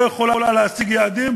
לא יכולה להשיג יעדים,